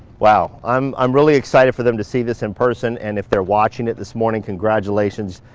wow, i'm i'm really excited for them to see this in person. and if they're watching it this morning, congratulations.